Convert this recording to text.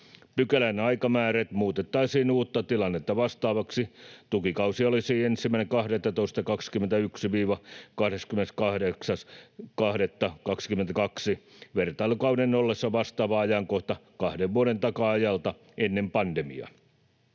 Pykälän aikamääreet muutettaisiin uutta tilannetta vastaaviksi. Tukikausi olisi 1.12.21—28.2.22, vertailukauden ollessa vastaava ajankohta kahden vuoden takaa ajalta ennen pandemiaa.